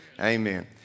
amen